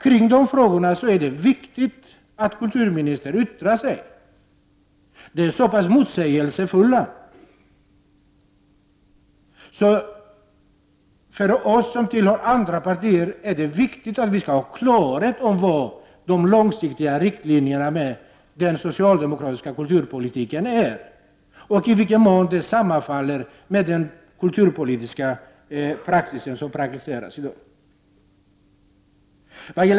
Kring de frågorna är det viktigt att kulturministern yttrar sig, eftersom det har gjorts så motsägelsefulla uttalanden. För oss som tillhör andra partier är det viktigt att få klarhet om vilka de långsiktiga riktlinjerna är för den socialdemokratiska kulturpolitiken och i vilken mån de sammanfaller med den kulturpolitik som praktiseras i dag.